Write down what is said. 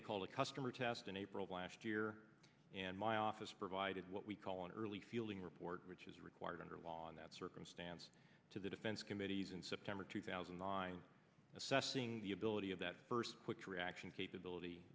they call a customer test in april last year and my office provided what we call an early fielding report which is required under law in that circumstance to the defense committees in september two thousand and nine assessing the ability of that first quick reaction capability